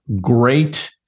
great